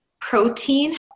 protein